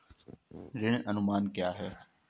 ऋण अनुमान क्या है?